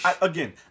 again